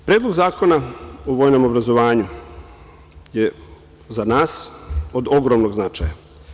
Predlog zakona o vojnom obrazovanju je za nas od ogromnog značaja.